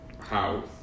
House